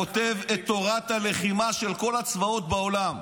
הצבא כותב את תורת הלחימה של כל הצבאות בעולם.